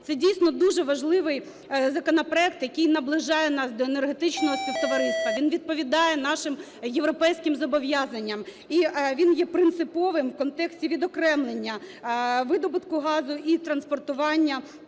Це, дійсно, дуже важливий законопроект, який наближає нас до Енергетичного Співтовариства, він відповідає нашим європейським зобов'язанням. І він є принциповим в контексті відокремлення видобутку газу і транспортування